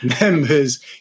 members